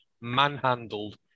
manhandled